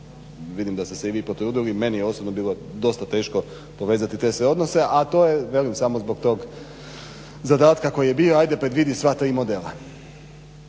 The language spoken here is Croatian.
Vidim da ste se i vi potrudili, meni je osobno bilo dosta teško povezati te sve odnose, a to je velim samo zbog toga zadatka koji je bio ajde predvidi sva tri modela.